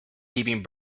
giving